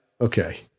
Okay